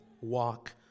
walk